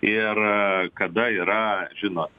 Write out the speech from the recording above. ir kada yra žino